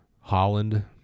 Holland